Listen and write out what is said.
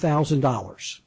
thousand dollars